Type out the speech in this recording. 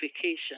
vacation